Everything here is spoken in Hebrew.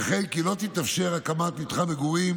וכן כי לא תתאפשר הקמת מתחם מגורים